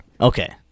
Okay